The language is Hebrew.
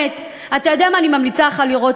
עמיתי חבר הכנסת יריב,